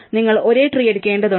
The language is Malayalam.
നിങ്ങൾ ഒരേ ട്രീ എടുക്കേണ്ടതുണ്ട്